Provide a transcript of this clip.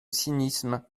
cynisme